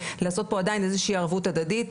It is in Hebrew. ולעשות פה עדיין איזו שהיא ערבות הדדית,